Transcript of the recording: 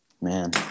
man